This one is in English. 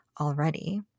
already